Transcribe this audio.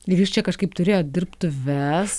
ir jūs čia kažkaip turėjot dirbtuves